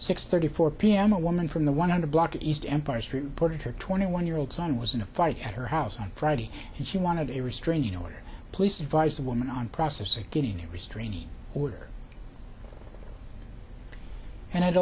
six thirty four p m a woman from the one hundred block east empire street reported her twenty one year old son was in a fight at her house on friday and she wanted a restraining order police advise the woman on process of getting a restraining order and i